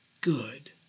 good